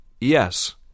Yes